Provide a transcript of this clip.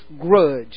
grudge